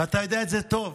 ואתה יודע את זה טוב,